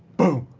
boom.